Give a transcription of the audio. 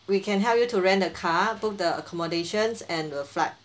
we can help you to rent a car book the accommodations and the flight